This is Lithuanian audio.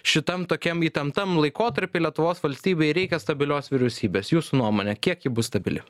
šitam tokiam įtemptam laikotarpy lietuvos valstybei reikia stabilios vyriausybės jūsų nuomone kiek ji bus stabili